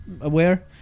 aware